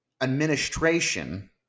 administration